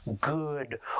good